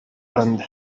and